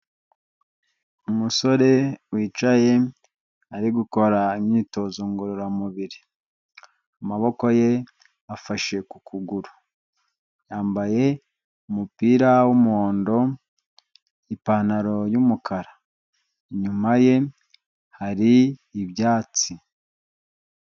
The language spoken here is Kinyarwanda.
Umusore wicaye ari gukora imyitozo ngororamubiri, amaboko ye afashe ku kuguru yambaye umupira w'umuhondo, ipantaro y'umukara inyuma ye hari ibyatsi.